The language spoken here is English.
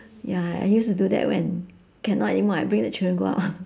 ya I used to do that when cannot anymore I bring the children go out